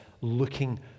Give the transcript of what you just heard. looking